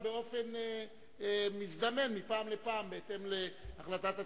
באופן מזדמן מפעם לפעם בהתאם להחלטת הציבור.